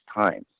times